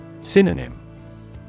Synonym